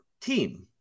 team